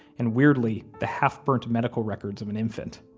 and weirdly, the half burnt medical records of an infant.